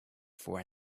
for